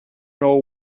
know